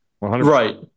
Right